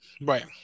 Right